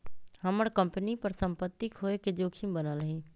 हम्मर कंपनी पर सम्पत्ति खोये के जोखिम बनल हई